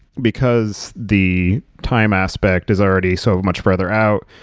because the time aspect is already so much further out,